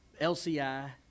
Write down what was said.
LCI